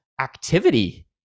activity